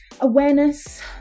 awareness